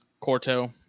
corto